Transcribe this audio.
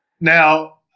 Now